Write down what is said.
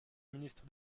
ministre